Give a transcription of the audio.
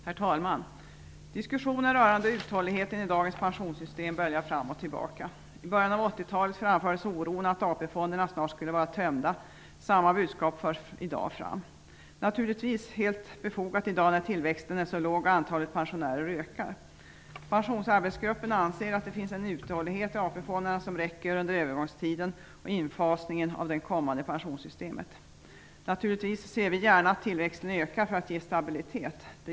Herr talman! Diskussionen rörande uthålligheten i dagens pensionssystem böljar fram och tillbaka. I början av 80-talet framfördes oron att AP-fonderna snart skulle vara tömda. Samma budskap förs fram i dag, vilket givetvis är helt befogat i dag när tillväxten är så låg och antalet pensionärer ökar. Pensionsarbetsgruppen anser att det finns en uthållighet i AP-fonderna som räcker under övergångstiden och infasningen av det kommande pensionssystemet. Naturligtsvis ser vi gärna att tillväxten ökar för att ge stabilitet.